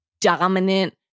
dominant